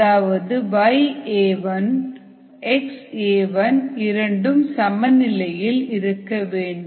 அதாவது yAi xAi சமநிலையில் இருக்க வேண்டும்